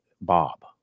Bob